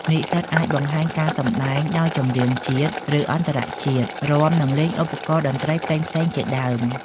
និស្សិតអាចបង្ហាញការសម្តែងដោយចម្រៀងជាតិ ឬ អន្តរជាតិ រាំ និងលេងឧបករណ៍តន្ត្រីផ្សេងៗជាដើម។